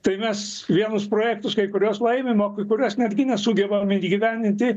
tai mes vienus projektus kai kuriuos laimim o kai kuriuos netgi nesugebam įgyvendinti